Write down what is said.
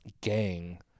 gang